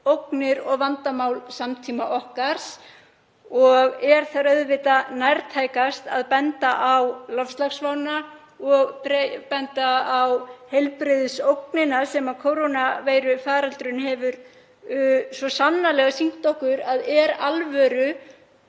og vandamál samtíma okkar. Er þar auðvitað nærtækast að benda á loftslagsvána og benda á heilbrigðisógnina sem kórónuveirufaraldurinn hefur svo sannarlega sýnt okkur að er alvöru